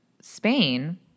Spain